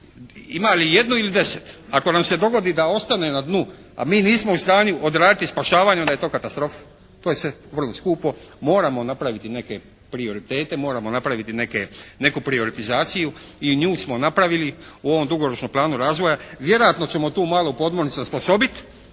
imali jednu ili deset. Ako nam se dogodi da ostane na dnu a mi nismo u stanju odraditi spašavanje onda je to katastrofa, to je sve vrlo skupo. Moramo napraviti neke prioritete, moramo napraviti neku prioretizaciju i nju smo napravili u ovom dugoročnom planu razvoja. Vjerojatno ćemo tu malu podmornicu osposobiti